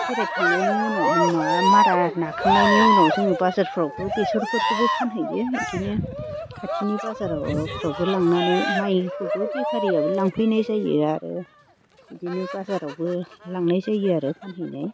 फेरेदखांनायनि उनाव मा मारा नाखांनायनि उनाव जोङो बाजारफ्रावबो बेसरफोरखौबो फानहैयो बिदिनो खाथिनि बाजारफ्रावबो लांनानै माइखौबो बेफारियाबो लांफैनाय जायो आरो बिदिनो बाजारावबो लांनाय जायो आरो फानहैनाय